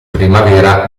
primavera